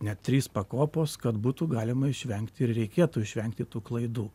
net trys pakopos kad būtų galima išvengti ir reikėtų išvengti tų klaidų